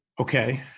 okay